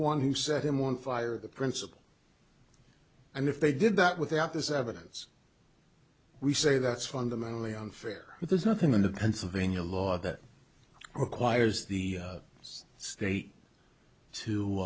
one who set him on fire the principle and if they did that without this evidence we say that's fundamentally unfair but there's nothing in the pennsylvania law that requires the state to